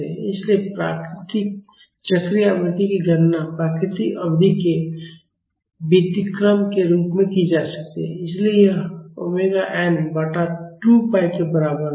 इसलिए प्राकृतिक चक्रीय आवृत्ति की गणना प्राकृतिक अवधि के व्युत्क्रम के रूप में की जा सकती है इसलिए यह ओमेगा एन बटा 2 पाई के बराबर होगी